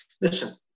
listen